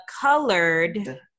colored